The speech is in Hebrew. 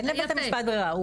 אין לבית המשפט ברירה,